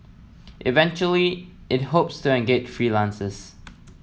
eventually it hopes that engage freelancers